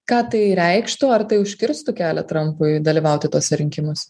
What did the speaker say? ką tai reikštų ar tai užkirstų kelią trampui dalyvauti tuose rinkimuose